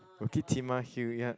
Bukit-Timah Hill yup